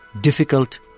difficult